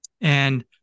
And-